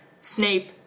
snape